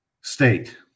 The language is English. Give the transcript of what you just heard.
state